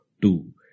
two